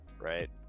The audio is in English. right